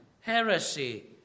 heresy